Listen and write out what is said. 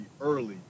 early